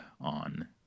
on